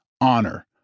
honor